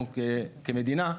לנו כמדינה,